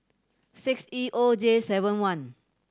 six E O J seven one